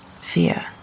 fear